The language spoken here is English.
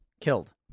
killed